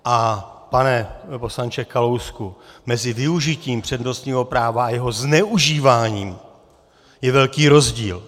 A pane poslanče Kalousku, mezi využitím přednostního práva a jeho zneužíváním je velký rozdíl.